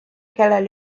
kellel